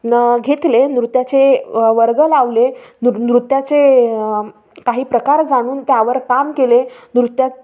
न घेतले नृत्याचे वर्ग लावले नृ नृत्याचे काही प्रकार जाणून त्यावर काम केले नृत्या